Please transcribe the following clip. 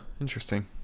interesting